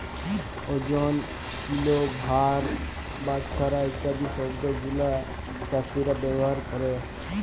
ওজন, কিলো, ভার, বাটখারা ইত্যাদি শব্দ গুলো চাষীরা ব্যবহার ক্যরে